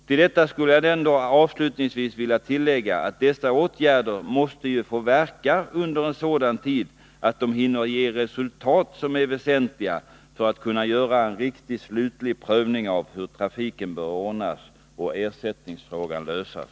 Till detta skulle jag avslutningsvis vilja tillägga att dessa åtgärder måste få verka under en sådan tid att de hinner ge de resultat som är väsentliga för att kunna göra en riktig slutlig prövning av hur trafiken bör ordnas och ersättningsfrågan lösas.